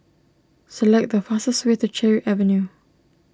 select the fastest way to Cherry Avenue